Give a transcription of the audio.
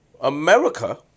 America